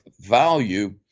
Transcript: value